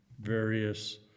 various